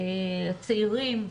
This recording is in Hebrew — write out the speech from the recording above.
צעירים,